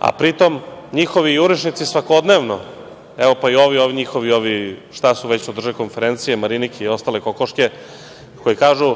a pri tome njihovi jurišnici svakodnevno, evo, pa i ovi njihovi ovi, šta su već što drže konferencije Marinike i ostale kokoške, koje kažu